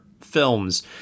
films